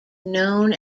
known